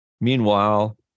Meanwhile